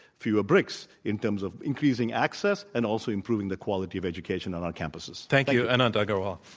fewer bricks in terms of increasing access and also improving the quality of education on our campuses. thank you, anant agarwal.